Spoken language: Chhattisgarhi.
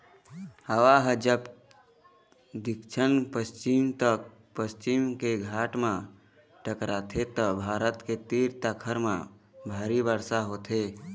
हवा ह जब दक्छिन पस्चिम तट म पश्चिम के घाट म टकराथे त भारत के तीर तखार म भारी बरसा होथे